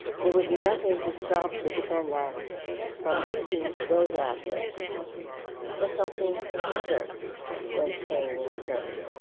there would be nothing to stop the defendant from using those assets for something other than paying an attorney.